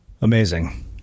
Amazing